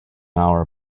hour